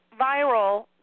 viral